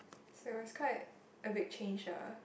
so it was quite a big change ah